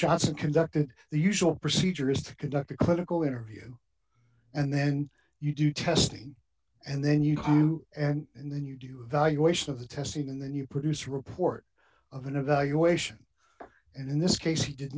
johnson conducted the usual procedure is to conduct a clinical interview and then you do testing and then you go and then you valuation of the testing and then you produce a report of an evaluation and in this case he did